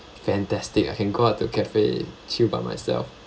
fantastic I can go out to cafe chill by myself